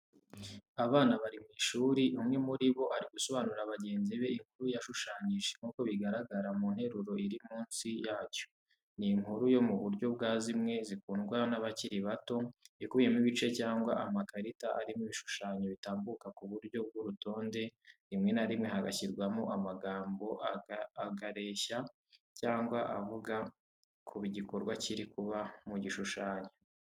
Abana bari mu ishuri, umwe muri bo arimo gusobanurira bagenzi be inkuru yashushanyije, nk’uko bigaragara mu nteruro iri munsi yacyo, ni inkuru yo mu buryo bwa zimwe zikundwa n'abakiri bato, ikubiyemo ibice cyangwa amakarita arimo ibishushanyo bitambuka ku buryo bw'urutonde, rimwe na rimwe hagashyirwaho amagambo agareshya cyangwa avuga ku gikorwa kiri kuba mu gishushanyo.